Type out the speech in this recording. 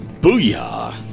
Booyah